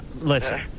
Listen